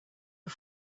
are